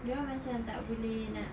dorang macam tak boleh nak